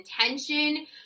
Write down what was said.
intention